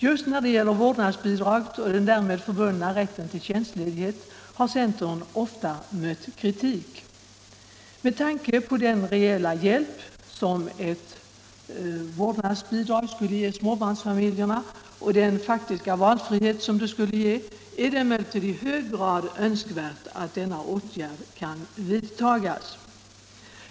Just när det gäller vårdnadsbidraget och den därmed förbundna rätten till tjänstledighet har centern ofta mött kritik. Med tanke på den reella hjälp som ett vårdnadsbidrag skulle ge småbarnsfamiljerna och den faktiska valfrihet som det skulle skapa är det emellertid i hög grad önskvärt att denna åtgärd kan vidtagas.